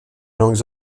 langues